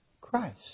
Christ